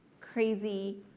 crazy